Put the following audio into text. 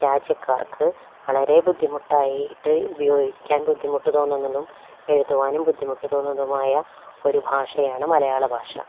രാജ്യക്കാർക്ക് വളരെ ബുദ്ധിമുട്ടായിട്ട് ഉപയോഗിക്കാൻ ബുദ്ധിമുട്ട് തോന്നുന്നതും എഴുതുവാനും ബുദ്ധിമുട്ട് തോന്നതുമായ ഒരു ഭാഷയാണ് മലയാള ഭാഷ